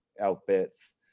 outfits